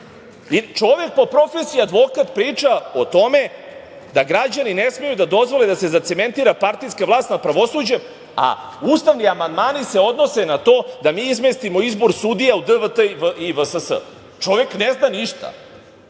čovek po profesiji advokat priča o tome da građani ne smeju da dozvole da se zacementira partijska vlast nad pravosuđem, a ustavni amandmani se odnose na to da mi izmestimo izbor sudija u DVT i VSS. Čovek ne zna ništa.